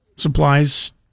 Supplies